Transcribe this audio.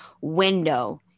window